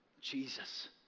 Jesus